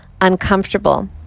uncomfortable